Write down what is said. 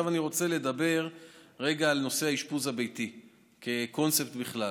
אני רוצה לדבר לרגע על נושא האשפוז הביתי כקונספט בכלל.